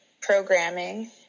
programming